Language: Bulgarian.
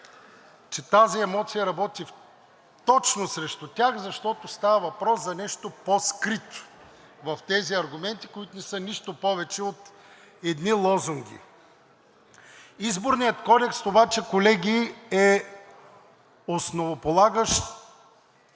че тази емоция работи точно срещу тях, защото става въпрос за нещо по-скрито в тези аргументи, които не са нищо повече от едни лозунги. Изборният кодекс, колеги, обаче е основополагащ